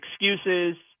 excuses